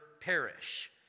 perish